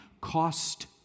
cost